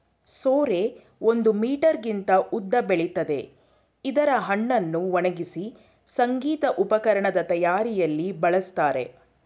ಸೋರೆ ಒಂದು ಮೀಟರ್ಗಿಂತ ಉದ್ದ ಬೆಳಿತದೆ ಇದ್ರ ಹಣ್ಣನ್ನು ಒಣಗ್ಸಿ ಸಂಗೀತ ಉಪಕರಣದ್ ತಯಾರಿಯಲ್ಲಿ ಬಳಸ್ತಾರೆ